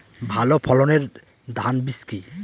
ভালো ফলনের ধান বীজ কি?